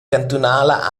cantunala